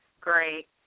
Great